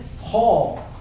Paul